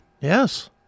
Yes